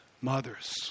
mothers